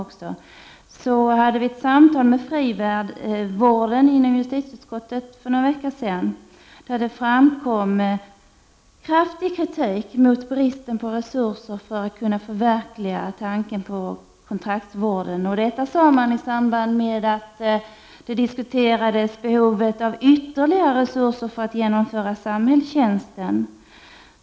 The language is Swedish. Vi hade i justitieutskottet för några veckor sedan ett samtal med representanter för frivården där det framkom kraftig kritik mot bristen på resurser för att kunna förverkliga kontraktsvården. Detta sades i samband med att man diskuterade behovet av ytterligare resurser för att genomföra samhällstjänsten.